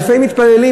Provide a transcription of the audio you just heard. אלפי מתפללים,